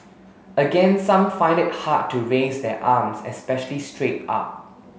again some find it hard to raise their arms especially straight up